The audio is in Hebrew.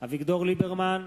אביגדור ליברמן,